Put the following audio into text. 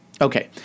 Okay